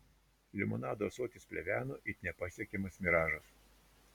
limonado ąsotis pleveno it nepasiekiamas miražas